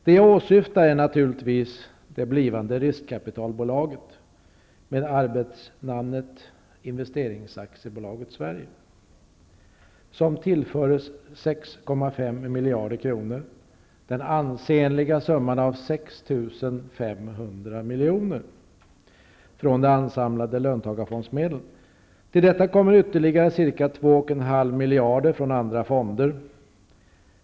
Det jag åsyftar är naturligtvis det blivande riskkapitalbolaget med arbetsnamnet Investerings AB Sverige, som tillförs 6,5 miljarder kronor från de ansamlade löntagarfondsmedlen. Till detta kommer ytterligare ca 2,5 miljarder kronor från andra fonder.